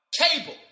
Cable